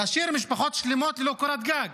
להשאיר משפחות שלמות ללא קורת גג.